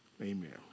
Amen